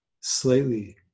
slightly